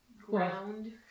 ground